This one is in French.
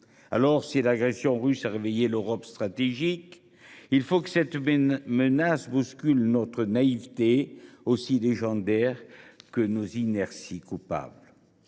Si l’agression russe a réveillé l’Europe stratégique, la menace doit bousculer notre naïveté, aussi légendaire que nos inerties coupables.